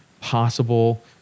possible